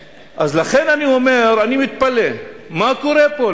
לכן אני אומר, אני מתפלא, מה קורה פה?